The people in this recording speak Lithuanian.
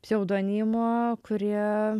pseudonimų kurie